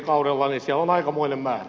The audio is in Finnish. siellä on aikamoinen määrä